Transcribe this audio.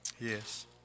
Yes